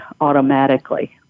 automatically